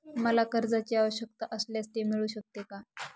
मला कर्जांची आवश्यकता असल्यास ते मिळू शकते का?